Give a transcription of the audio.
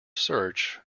search